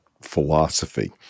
philosophy